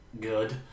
good